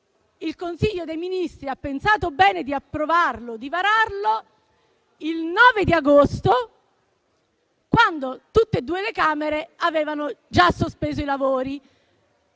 il Consiglio dei ministri ha pensato bene di approvarlo, di vararlo, il 9 agosto, quando entrambe le Camere avevano già sospeso i lavori.